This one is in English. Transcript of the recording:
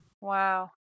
Wow